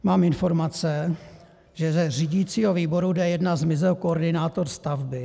Mám informace, že ze řídicího výboru D1 zmizel koordinátor stavby.